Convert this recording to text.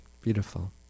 Beautiful